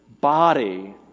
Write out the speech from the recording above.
body